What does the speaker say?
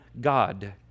God